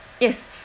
yes